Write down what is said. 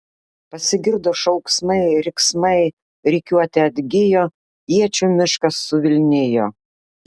pasigirdo šauksmai riksmai rikiuotė atgijo iečių miškas suvilnijo